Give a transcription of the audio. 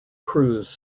crews